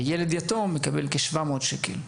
ילד יתום מקבל כ-700 שקלים.